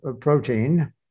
protein